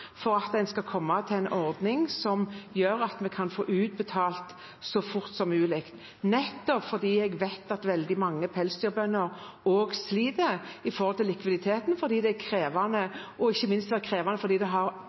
for at en skal komme til en ordning som gjør at vi kan få utbetalt det så fort som mulig, fordi jeg vet at veldig mange pelsdyrbønder sliter med likviditeten og har det krevende. Ikke minst er det krevende fordi det har